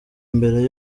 mbere